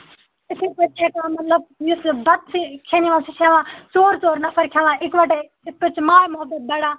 یِتھٕے پٲٹھۍ چھِ ہٮ۪کان مطلب یُس بَتہٕ کھیٚنہِ چھِ یِوان ژور ژور نَفرکھیٚوان اِکہٕ وَٹے یِتھٕ پٲٹھۍ چھُ ماے محبت بڑان